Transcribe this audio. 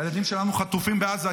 הילדים שלנו חטופים בעזה.